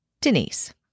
Denise